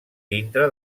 dintre